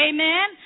Amen